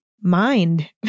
mind